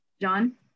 John